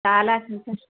చాలా సంతోషం